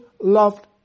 loved